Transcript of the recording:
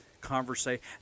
conversation